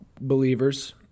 believers